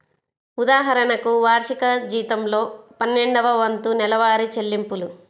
ఉదాహరణకు, వార్షిక జీతంలో పన్నెండవ వంతు నెలవారీ చెల్లింపులు